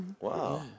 Wow